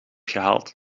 gehaald